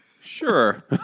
Sure